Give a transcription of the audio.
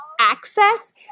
access